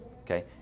Okay